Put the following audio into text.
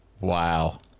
wow